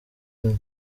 inkwi